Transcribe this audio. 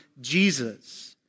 Jesus